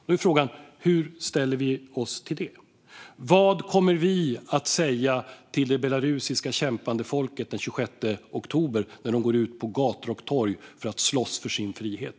Då är frågan: Hur ställer vi oss till det? Vad kommer vi att säga till det kämpande belarusiska folket den 26 oktober när de går ut på gator och torg för att slåss för sin frihet?